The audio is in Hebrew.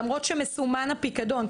למרות שמסומן הפיקדון.